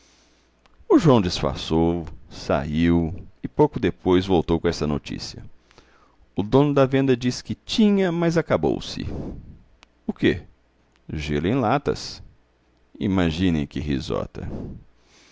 o joão disfarçou saiu e pouco depois voltou com esta notícia o dono da venda diz que tinha mas acabou-se o quê gelo em latas imaginem que risota